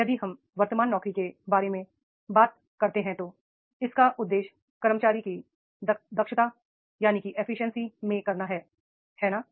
यदि हम वर्तमान नौकरी के बारे में बात करते हैं तो इसका उद्देश्य कर्मचारी की एफिशिएंसी में करना है है ना